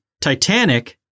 Titanic